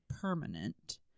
permanent